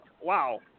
wow